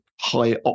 high